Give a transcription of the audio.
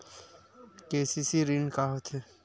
KCC ऋण का होथे?